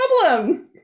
problem